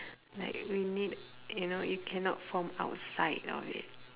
like we need you know you cannot form outside of it